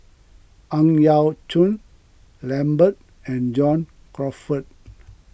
Ang Yau Choon Lambert and John Crawfurd